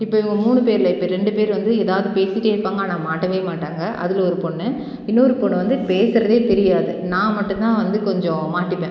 இப்போ இவங்க மூணு பேரில் இப்போ ரெண்டு பேர் வந்து ஏதாவது பேசிகிட்டே இருப்பாங்க ஆனால் மாட்டவே மாட்டாங்க அதில் ஒரு பொண்ணு இன்னொரு பொண்ணு வந்து பேசுகிறதே தெரியாது நான் மட்டும் தான் வந்து கொஞ்சம் மாட்டிப்பேன்